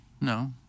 No